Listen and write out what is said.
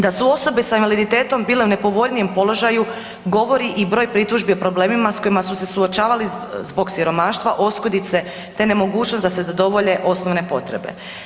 Da su osobe sa invaliditetom bile u nepovoljnijem položaju govori i broj pritužbi o problemima s kojima su se suočavali zbog siromaštva, oskudice te nemogućnost da se zadovolje osnovne potrebe.